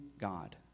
God